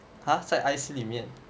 !huh! 在 I_C 里面